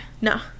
No